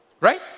Right